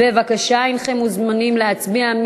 בבקשה, הנכם מוזמנים להצביע.